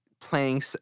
playing